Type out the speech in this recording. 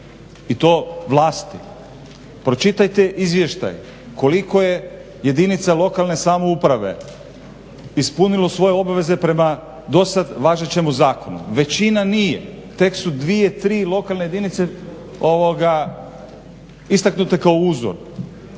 i to vlasti. Pročitajte izvještaj koliko je jedinica lokalne samouprave ispunilo svoje obveze prema dosada važećemu zakonu, većina nije tek su dvije tri lokalne jedinice istaknute kao uzor.